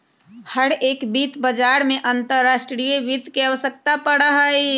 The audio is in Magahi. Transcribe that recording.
हर एक वित्त बाजार में अंतर्राष्ट्रीय वित्त के आवश्यकता पड़ा हई